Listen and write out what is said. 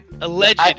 alleged